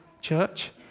church